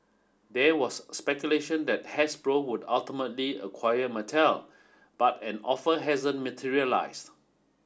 there was speculation that Hasbro would ultimately acquire Mattel but an offer hasn't materialised